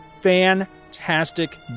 fantastic